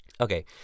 Okay